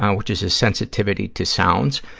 um which is a sensitivity to sounds.